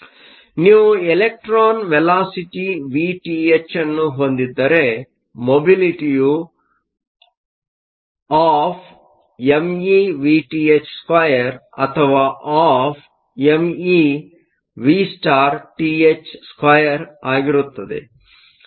ಆದ್ದರಿಂದ ನೀವು electron velocity Vth ಯನ್ನು ಹೊಂದಿದ್ದರೆ ಮೊಬಿಲಿಟಿಯು ½meVth2 ಅಥವಾ ½ meVth2 ಆಗಿರುತ್ತದೆ